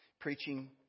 preaching